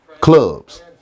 Clubs